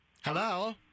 Hello